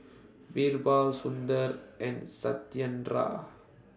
Birbal Sundar and Satyendra